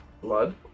Blood